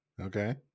okay